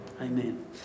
Amen